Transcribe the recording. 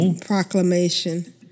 proclamation